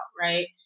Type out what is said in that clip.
right